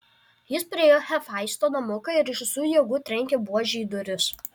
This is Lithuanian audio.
jis priėjo hefaisto namuką ir iš visų jėgų trenkė buože į duris